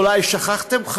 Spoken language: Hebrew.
אולי שכחתם,